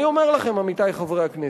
אני אומר לכם, עמיתי חברי הכנסת,